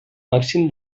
màxim